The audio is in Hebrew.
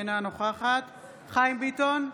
אינה נוכחת חיים ביטון,